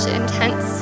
intense